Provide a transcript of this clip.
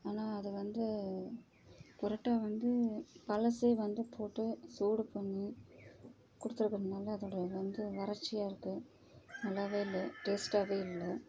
ஆனால் அது வந்து பரோட்டா வந்து பழசே வந்து போட்டு சூடு பண்ணி கொடுத்துருக்கனால அதோட வந்து வறட்சியாக இருக்கு நல்லாவே இல்லை டேஸ்ட்டாகவே இல்லை